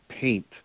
paint